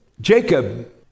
Jacob